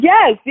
Yes